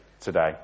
today